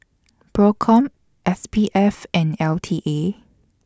PROCOM S P F and L T A